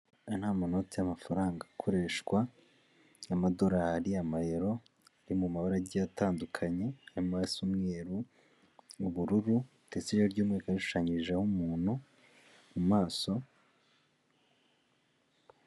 Aya ni amanoti y'amafaranga akoreshwa y'amadorari, amayero ari mu mabara agiye atandukanye, harimo asa umweruru, ubururu, ndetse iryo rikaba rishushanyijeho umuntu mu maso.